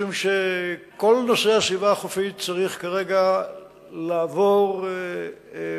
משום שכל נושא הסביבה החופית צריך כרגע לעבור מעקב